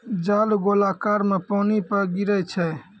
जाल गोलाकार मे पानी पे गिरै छै